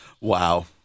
Wow